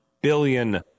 billion